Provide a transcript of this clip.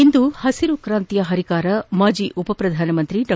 ಇಂದು ಹಸಿರು ಕ್ರಾಂತಿಯ ಹರಿಕಾರ ಮಾಜಿ ಉಪಪ್ರಧಾನಮಂತ್ರಿ ಡಾ